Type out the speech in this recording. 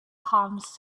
comes